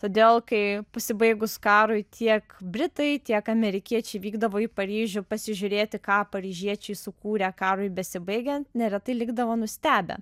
todėl kai pasibaigus karui tiek britai tiek amerikiečiai vykdavo į paryžių pasižiūrėti ką paryžiečiai sukūrė karui besibaigiant neretai likdavo nustebę